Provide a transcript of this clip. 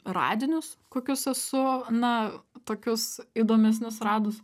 radinius kokius esu na tokius įdomesnius radus